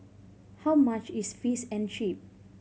how much is Fish and Chips